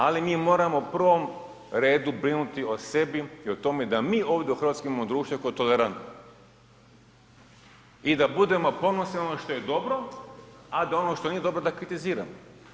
Ali mi moramo u prvom redu brinuti o sebi i o tome da mi ovdje u Hrvatskoj imamo društvo koje je tolerantno i da budemo ponosni na ono što je dobro a da ono što nije dobro da kritiziramo.